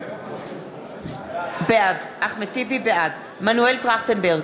בעד מנואל טרכטנברג,